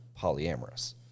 polyamorous